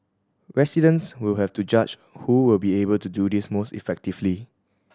residents will have to judge who will be able to do this most effectively